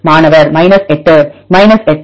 மாணவர் 8 8